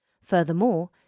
Furthermore